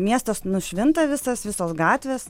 miestas nušvinta visas visos gatvės